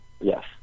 Yes